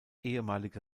ehemalige